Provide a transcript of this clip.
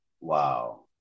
wow